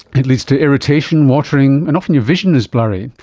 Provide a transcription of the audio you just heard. it leads to irritation, watering and often your vision is blurry.